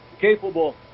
capable